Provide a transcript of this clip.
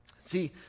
See